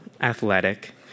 athletic